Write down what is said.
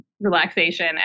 relaxation